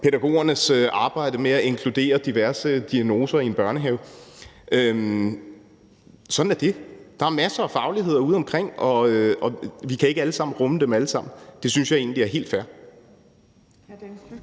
pædagogernes arbejde med at inkludere diverse diagnoser i en børnehave. Sådan er det. Der er masser af fagligheder udeomkring, og vi kan ikke alle sammen rumme dem alle sammen. Det synes jeg egentlig er helt fair.